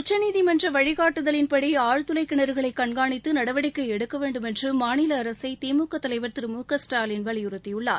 உச்சநீதிமன்ற வழிக்காட்டுதலின் படி ஆழ்துளை கிணறுகளை கண்காணித்து நடவடிக்கை எடுக்க வேண்டும் என்று மாநில அரசை திமுக தலைவர் திரு மு க ஸ்டாலின் வலியுறுத்தியுள்ளார்